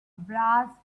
brass